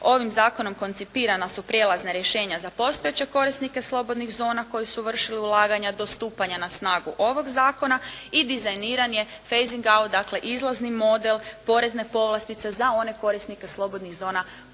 ovim Zakonom koncipirana su prijelazna rješenja za postojeće korisnike slobodnih zona koji su vršili ulaganja do stupanja na snagu ovog zakona i dizajniran je «fezing out» dakle izlazni model porezne povlastice za one korisnike slobodnih zona koji